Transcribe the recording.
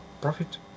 profit